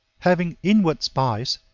having inward spies,